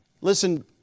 Listen